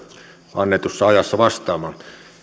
annetussa ajassa vastaamaan